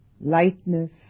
lightness